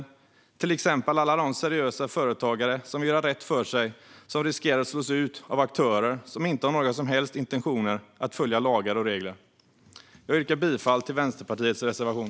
Det gäller till exempel alla de seriösa företagare som vill göra rätt för sig och som riskerar att slåss ut av aktörer som inte har några som helst intentioner att följa lagar och regler. Jag yrkar bifall till Vänsterpartiets reservation.